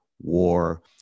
war